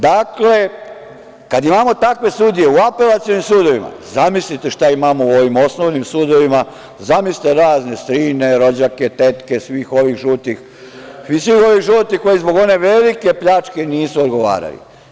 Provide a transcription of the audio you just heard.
Dakle, kad imamo takve sudije u apelacionim sudovima, zamislite šta imamo u ovim osnovnim sudovima, zamislite razne strine, rođake, tetke svih ovih žutih, koji zbog one velike pljačke nisu odgovarali.